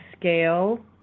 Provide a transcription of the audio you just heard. scale